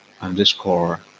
underscore